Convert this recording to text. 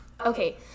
Okay